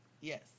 Yes